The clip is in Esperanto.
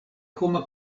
homa